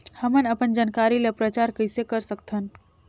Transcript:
हमन अपन जानकारी ल प्रचार कइसे कर सकथन?